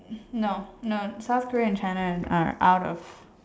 no no South Korea and China are out of